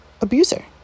abuser